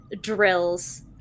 drills